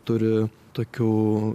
turi tokių